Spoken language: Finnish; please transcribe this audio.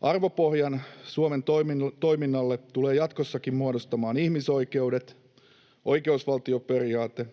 Arvopohjan Suomen toiminnalle tulevat jatkossakin muodostamaan ihmisoikeudet, oikeusvaltioperiaate,